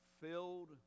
filled